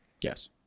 Yes